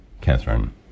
Catherine